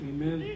Amen